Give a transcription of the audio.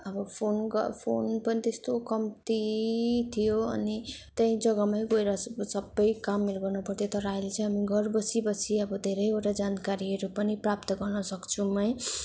अब फोन गर् फोन पनि त्यस्तो कम्ती थियो अनि त्यही जग्गामै गएर सबै कामहरू गर्नु पर्थ्यो तर अहिले चाहिँ हामी घर बसीबसी धेरैवटा जानकारीहरू पनि प्राप्त गर्न सक्छौँ है